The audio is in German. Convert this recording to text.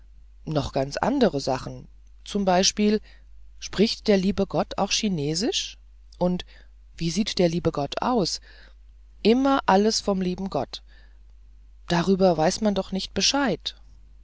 noch ganz andere sachen zum beispiel spricht der liebe gott auch chinesisch und wie sieht der liebe gott aus immer alles vom lieben gott darüber weiß man doch nicht bescheid